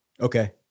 Okay